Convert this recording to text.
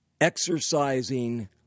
exercising